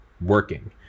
working